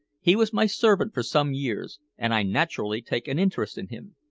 he was my servant for some years, and i naturally take an interest in him.